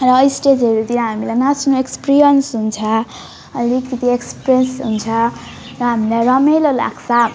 र स्टेजहरूतिर हामीलाई नाच्नु एक्सपिरियन्स हुन्छ अलिकति एक्सपिरियन्स हुन्छ र हामीलाई रमाइलो लाग्छ